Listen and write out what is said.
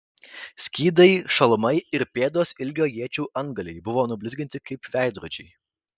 skydai šalmai ir pėdos ilgio iečių antgaliai buvo nublizginti kaip veidrodžiai